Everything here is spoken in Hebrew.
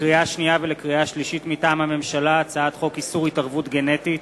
לקריאה שנייה ולקריאה שלישית: הצעת חוק איסור התערבות גנטית